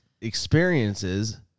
experiences